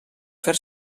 fer